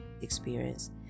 experience